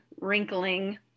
wrinkling